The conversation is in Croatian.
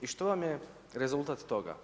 I što vam je rezultat toga?